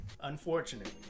Unfortunately